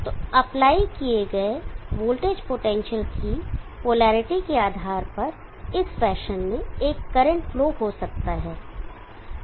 तो अप्लाई किए गए वोल्टेज पोटेंशियल की पोलैरिटी के आधार पर इस फैशन में एक करंट फ्लो हो सकता है